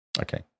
okay